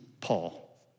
Paul